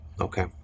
okay